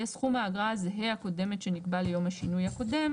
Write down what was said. יהיה סכום האגרה הזהה הקודמת שנקבע ליום השינוי הקודם,